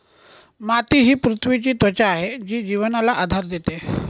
माती ही पृथ्वीची त्वचा आहे जी जीवनाला आधार देते